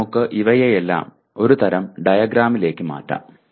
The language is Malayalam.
ഇനി നമുക്ക് ഇവയെല്ലാം ഒരു തരം ഡയഗ്രാമിലേക്ക് മാറ്റാം